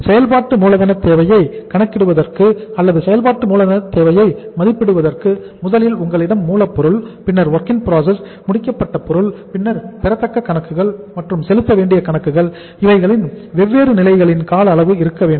செயல்பாட்டு மூலதன தேவையை கணக்கிடுவதற்கு அல்லது செயல்பாட்டு மூலதன தேவையை மதிப்பிடுவதற்கு முதலில் உங்களிடம் மூலப்பொருள் பின்னர் WIP பின்னர் முடிக்கப்பட்ட பொருட்கள் பின்னர் பெறத்தக்க கணக்குகள் மற்றும் செலுத்தவேண்டிய கணக்குகள் இவைகளின் வெவ்வேறு நிலைகளின் கால அளவு இருக்க வேண்டும்